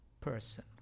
person